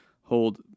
hold